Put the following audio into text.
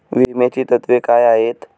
विम्याची तत्वे काय आहेत?